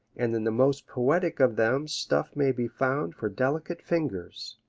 and in the most poetic of them stuff may be found for delicate fingers.